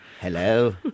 Hello